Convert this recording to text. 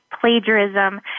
plagiarism